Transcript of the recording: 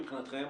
מבחינתכם.